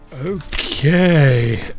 okay